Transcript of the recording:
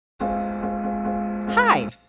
Hi